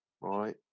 right